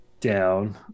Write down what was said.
down